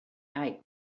out